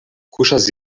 kuŝas